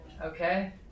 Okay